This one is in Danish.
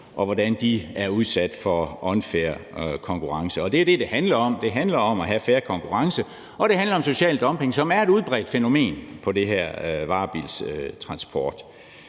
Og det er det, det handler om. Det handler om at have fair konkurrence, og det handler om social dumping, som er et udbredt fænomen inden for varebilstransport.